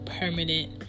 permanent